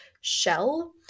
shell